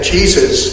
Jesus